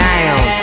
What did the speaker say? Down